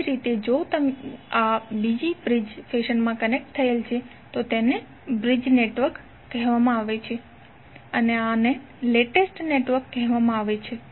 તે જ રીતે જો તે આ રીતે બ્રિજ ફેશનમાં કનેક્ટ થયેલ છે તો તેને બ્રિજ નેટવર્ક કહેવામાં આવે છે અને આને લેટેસ્ટ નેટવર્ક કહેવામાં આવે છે